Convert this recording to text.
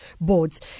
boards